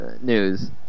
news